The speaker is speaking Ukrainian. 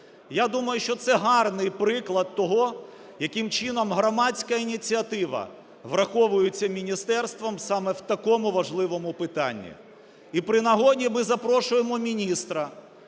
Я думаю, що це гарний приклад того, яким чином громадська ініціатива враховується міністерством саме в такому важливому питанні. І при нагоді ми запрошуємо міністра